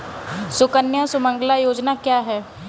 सुकन्या सुमंगला योजना क्या है?